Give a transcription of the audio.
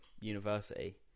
university